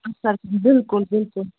اَچھا بلکُل بلکُل